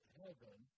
heaven